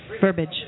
verbiage